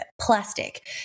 Plastic